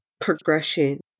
progression